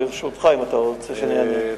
ברשותך, אם אתה רוצה שאני אענה.